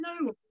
no